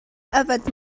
yfed